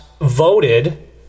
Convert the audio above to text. voted